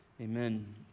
amen